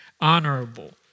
honorable